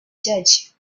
judge